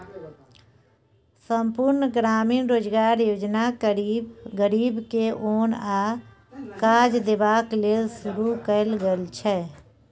संपुर्ण ग्रामीण रोजगार योजना गरीब के ओन आ काज देबाक लेल शुरू कएल गेल छै